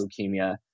leukemia